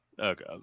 Okay